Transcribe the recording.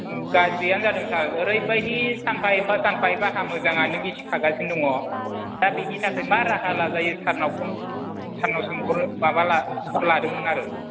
गाज्रियानो जादों सार एरैबादि सानफा एफा सानफा एफा हा मोजाङानो गिसिखागासिनो दङ दा बेनि थाखाय मा राहा लाजायो सारनाव फन सारनाव सोंहरनो माबा ला खबर लादोंमोन आरो